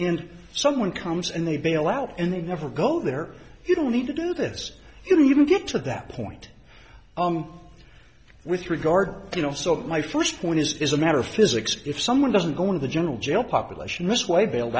and someone comes and they bail out and they never go there you don't need to do this you know you can get to that point with regard you know so my first one is a matter of physics if someone doesn't go in the general jail population this way bailed